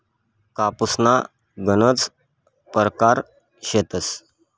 कापूसना गनज परकार शेतस